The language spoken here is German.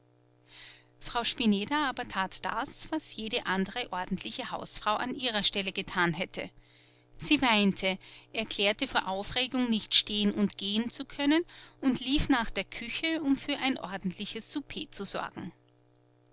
frau spineder aber tat das was jede andere ordentliche hausfrau an ihrer stelle getan hätte sie weinte erklärte vor aufregung nicht stehen und gehen zu können und lief nach der küche um für ein ordentliches souper zu sorgen